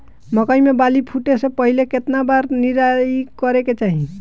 मकई मे बाली फूटे से पहिले केतना बार निराई करे के चाही?